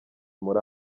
muri